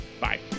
Bye